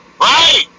Right